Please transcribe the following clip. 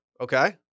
okay